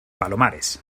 palomares